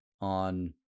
on